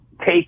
take